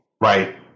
Right